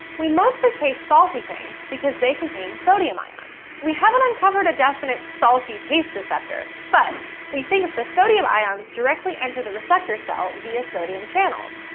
we mostly taste salty things because they contain sodium ions. we haven't uncovered a definite salty taste receptor, but we think that the sodium ions directly enter the receptor cell via sodium channels,